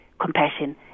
compassion